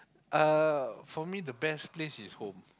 uh for me the best place is home